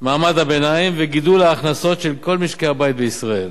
מעמד הביניים וגידול ההכנסות של כל משקי-הבית בישראל.